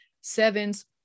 sevens